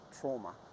trauma